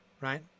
right